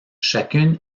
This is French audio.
chacune